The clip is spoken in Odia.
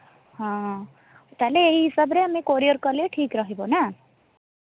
ହଁ ତା' ହେଲେ ଏଇ ହିସାବରେ ଆମେ କୋରିୟର୍ କଲେ ଠିକ୍ ରହିବ ନା